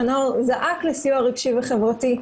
שהנוער זעק לסיוע רגשי וחברתי,